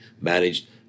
managed